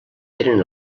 tenen